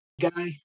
guy